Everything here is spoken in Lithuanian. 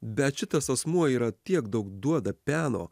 bet šitas asmuo yra tiek daug duoda peno